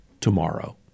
tomorrow